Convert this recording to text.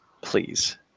Please